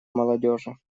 молодежи